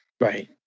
Right